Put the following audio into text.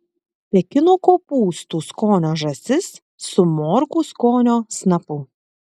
pekino kopūstų skonio žąsis su morkų skonio snapu